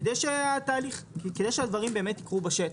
כדי שהדברים באמת יקרו בשטח.